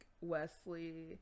Wesley